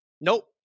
nope